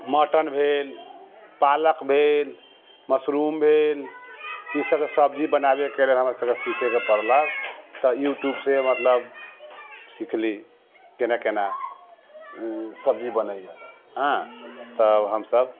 mutton भेल पालक भेल मशरूम भेल ईसभके सब्जी बनाबयके रहय हमरासभके सीखयके पड़लै तब यूट्यूबसँ मतलब सिखली केना केना ओ सब्जी बनैए हँ तब हमसभ